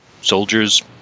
soldiers